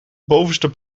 bovenste